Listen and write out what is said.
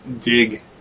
dig